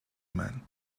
men